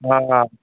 آ